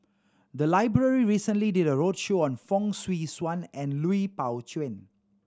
the library recently did a roadshow on Fong Swee Suan and Lui Pao Chuen